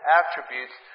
attributes